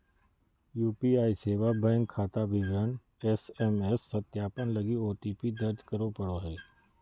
UPI सेवा bank खाता विवरण एस.एम.एस सत्यापन लगी ओ.टी.पी दर्ज करे पड़ो हइ